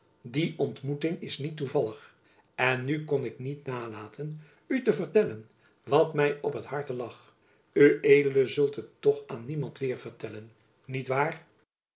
die ontmoeting is niet toevallig en nu kon ik niet nalaten u te vertellen wat my op t harte lag ued zult het toch aan niemand weêr vertellen niet waar